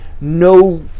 no